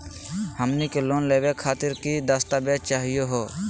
हमनी के लोन लेवे खातीर की की दस्तावेज चाहीयो हो?